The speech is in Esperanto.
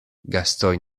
gastoj